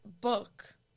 book